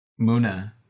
Muna